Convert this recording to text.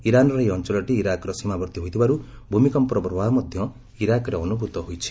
ଇରାନର ଏହି ଅଞ୍ଚଳଟି ଇରାକର ସୀମାବର୍ତ୍ତୀ ହୋଇଥିବାରୁ ଭୂମିକମ୍ପର ପ୍ରଭାବ ମଧ୍ୟ ଇରାକରେ ଅନୁଭୂତ ହୋଇଛି